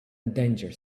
danger